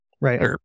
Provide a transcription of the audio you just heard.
Right